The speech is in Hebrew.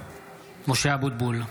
(קורא בשמות חברי הכנסת) משה אבוטבול,